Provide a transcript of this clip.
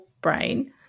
brain